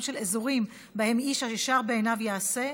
של אזורים שבהם איש הישר בעיניו יעשה,